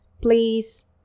please